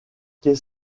qu’est